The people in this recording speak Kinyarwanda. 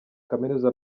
kaminuza